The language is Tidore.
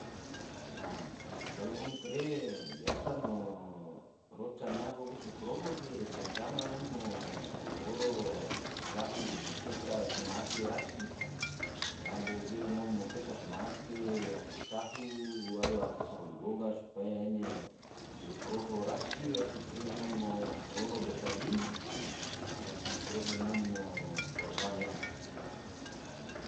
A kalo ngom kare biasa mo roca nyabo ge so koroho ge, pertama ngom mo oro ake sahu mo ppesa soma ake rasi nyabo ge ngom so pesa ake sahu, ua do ake sahu ma goga, supaya ene yo koroho, rasi karehe ngom mo oro betadin, rasi karehe ngom fo forban ene